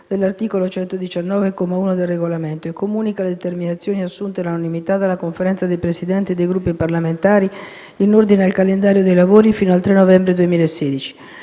Grazie